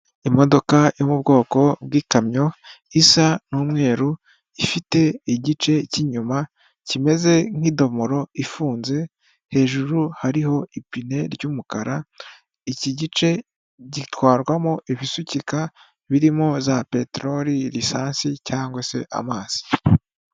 Imodoka yo mu bwoko bw'ikamyo isa n'umweru ifite igice c'inyuma kimeze nk'idomoro ifunze hejuru hariho ipine ry'umukara iki gice gitwarwamo ibisukika birimo za peteroli, esansi cyangwa se amazi.